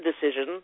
decision